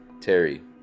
Terry